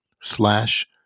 slash